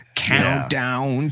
countdown